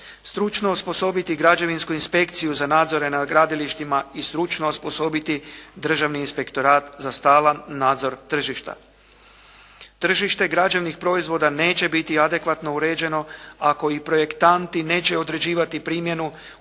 stručno osposobiti građevinsku inspekciju za nadzore na gradilištima i stručno osposobiti državni inspektorat za stalan nadzor tržišta. Tržište građevnih proizvoda neće biti adekvatno uređeno ako i projektanti neće određivati primjenu